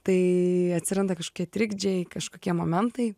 tai atsiranda kažkokie trikdžiai kažkokie momentai